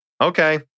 okay